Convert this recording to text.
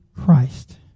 Christ